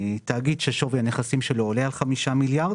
תאגיד ששווי הנכסים שלו עולה על 5 מיליארד